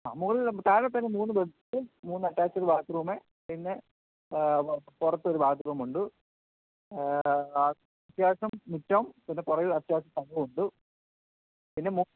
ആ താഴെത്തന്നെ മൂന്ന് ബെഡ് മൂന്ന് അറ്റാച്ച്ഡ് ബാത്ത്റൂമ് പിന്നെ പുറത്തൊരു ബാത്ത്റൂമുണ്ട് അത്യാവശ്യം മുറ്റം പിന്നെ പുറകിൽ അത്യാവശ്യം ഉണ്ട് പിന്നെ മു